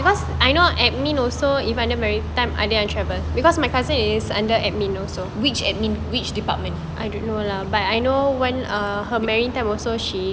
which admin which department